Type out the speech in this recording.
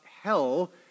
hell